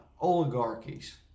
oligarchies